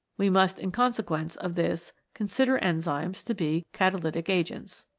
we must in consequence of this consider enzymes to be catalytic agents.